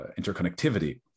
interconnectivity